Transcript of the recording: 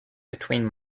between